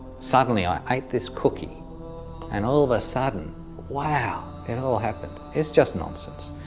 suddenly i ate this cookie and all of a sudden wow, it all happened. it's just nonsense.